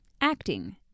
acting